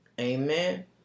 Amen